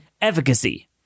efficacy